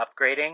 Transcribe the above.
upgrading